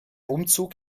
umzug